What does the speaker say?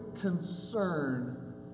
concern